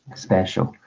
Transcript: special